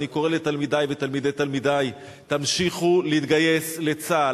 אני קורא לתלמידי ולתלמידי תלמידי: תמשיכו להתגייס לצה"ל.